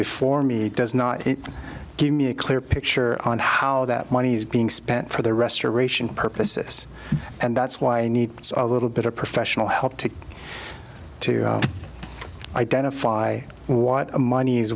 before me does not give me a clear picture on how that money is being spent for the restoration purposes and that's why i need a little bit of professional help to to identify what mon